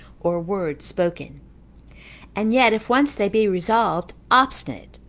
or word spoken and yet if once they be resolved, obstinate,